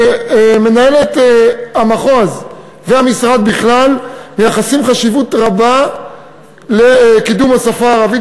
ומנהלת המחוז והמשרד בכלל מייחסים חשיבות רבה לקידום השפה הערבית